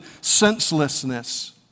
senselessness